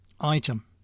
Item